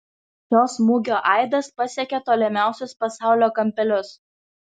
šio smūgio aidas pasiekė tolimiausius pasaulio kampelius